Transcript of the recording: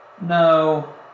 No